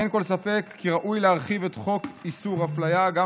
אין כל ספק כי ראוי להרחיב את חוק איסור ההפליה גם